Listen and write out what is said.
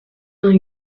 vingt